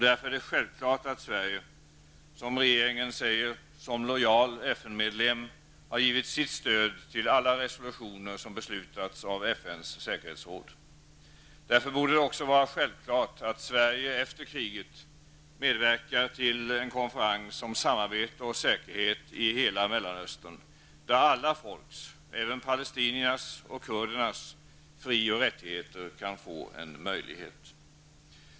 Därför är det självklart att Sverige -- som regeringen säger -- ''som lojal FN-medlem'' har givit sitt stöd till alla resolutioner som beslutats av FNs säkerhetsråd. Därför borde det också vara självklart att Sverige efter kriget medverkar till en konferens om samarbete och säkerhet i hela Mellanösterns, där alla folks, även palestiniernas och kurdernas, fri och rättigheter kan få en möjlighet.